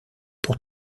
pour